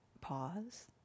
pause